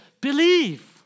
believe